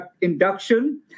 induction